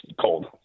cold